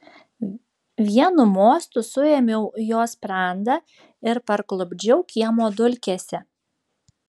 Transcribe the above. vienu mostu suėmiau jo sprandą ir parklupdžiau kiemo dulkėse